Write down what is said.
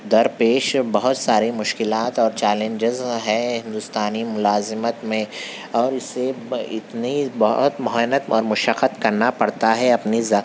در پیش بہت سارے مشکلات اور چیلنجز ہیں ہندوستانی ملازمت میں اور اِسے اب اتنی بہت محنت اور مشقت کرنا پڑتا ہے اپنی ذات